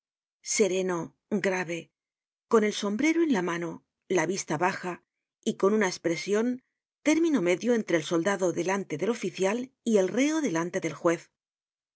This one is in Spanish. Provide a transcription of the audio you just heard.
sereno grave con el sombrero en la mano la vista baja y con una espresion término medio entre el soldado delante del oficial y el reo delante del juez